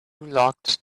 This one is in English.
locked